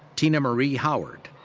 tina marie howard.